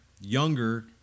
younger